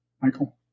Michael